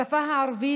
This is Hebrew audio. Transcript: השפה הערבית,